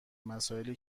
مسائلی